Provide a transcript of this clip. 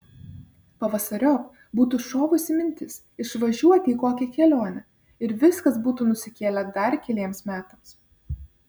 pavasariop būtų šovusi mintis išvažiuoti į kokią kelionę ir viskas būtų nusikėlę dar keliems metams